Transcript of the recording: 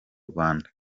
rwanda